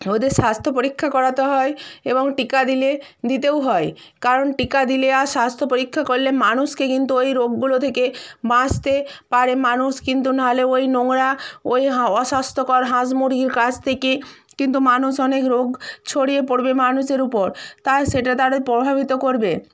ওদের স্বাস্থ্য পরীক্ষা করাতে হয় এবং টিকা দিলে দিতেও হয় কারণ টিকা দিলে আর স্বাস্থ্য পরীক্ষা করলে মানুষকে কিন্তু ওই রোগগুলো থেকে বাঁচতে পারে মানুষ কিন্তু নাহলে ওই নোংরা ওই অস্বাস্থ্যকর হাঁস মুরগির কাছ থেকে কিন্তু মানুষ অনেক রোগ ছড়িয়ে পড়বে মানুষের উপর তাই সেটা তাদের প্রভাবিত করবে